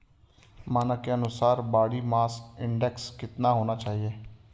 मानक के अनुसार बॉडी मास इंडेक्स कितना होना चाहिए?